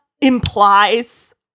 implies